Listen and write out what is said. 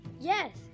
Yes